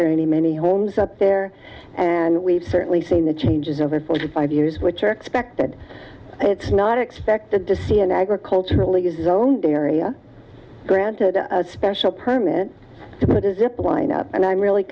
very many homes up there and we've certainly seen the changes over forty five years which are expected it's not expected to see an agricultural exultant area granted a special permit to put a zip line up and i'm really